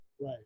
Right